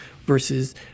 versus